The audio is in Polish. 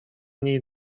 niej